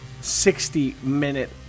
60-minute